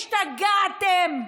השתגעתם?